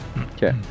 Okay